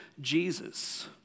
Jesus